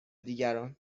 دیگران